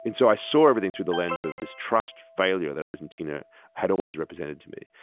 and so i saw everything through the lens of this trust failure that argentina had always represented to me.